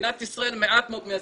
במדינת ישראל מעט מאוד מיישמים,